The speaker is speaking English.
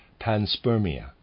panspermia